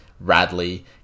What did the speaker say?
Radley